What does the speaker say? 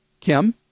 Kim